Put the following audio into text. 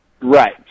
Right